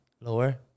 lower